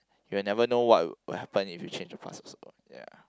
you will never know what will happen if you change the past also ya